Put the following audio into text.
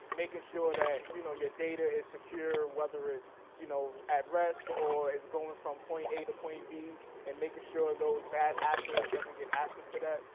making sure that you know your data is secure whether it's you know at rest or it's going from point a to point b and making sure those bad actors doesn't get access to that.